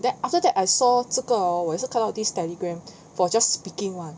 then after that I saw 这个 hor 我也是看到 this telegram for just speaking [one]